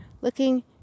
looking